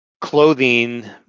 clothing